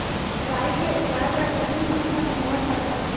राई के उगाए बर रबी मौसम होवत हवय?